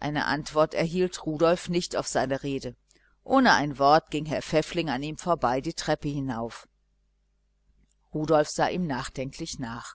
eine antwort erhielt rudolf nicht auf seine rede ohne ein wort ging herr pfäffling an ihm vorbei die treppe hinauf rudolf sah ihm nachdenklich nach